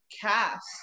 cast